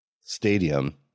stadium